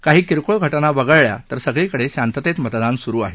काही किरकोळ घटना वगळल्या तर सगळीकडे शांततेत मतदान सुरू आहे